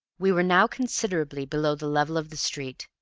we were now considerably below the level of the street,